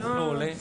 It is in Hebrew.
זה לא עולה,